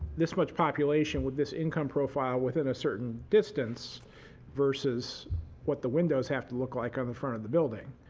this much population with this income profile within a certain distance versus what the windows have to look like on the front of the building.